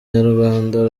nyarwanda